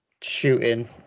shooting